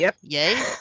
yay